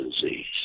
disease